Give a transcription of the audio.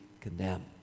condemned